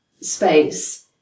space